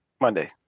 Monday